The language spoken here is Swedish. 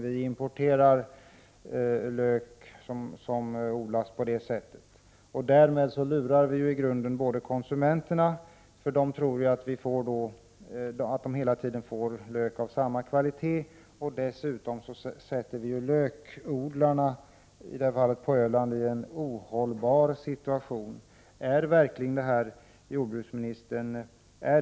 Vi importerar emellertid också lök som behandlas på ett sådant sätt. Därmed lurar vi i grunden konsumenterna. De tror ju att de hela tiden får lök av samma kvalitet. Vi sätter dessutom lökodlarna, i det här fallet på Öland, i en ohållbar situation. Är detta verkligen rimligt, jordbruksministern?